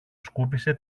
σκούπισε